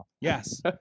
Yes